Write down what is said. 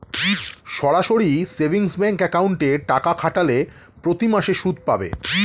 সরাসরি savings bank অ্যাকাউন্টে টাকা খাটালে প্রতিমাসে সুদ পাবে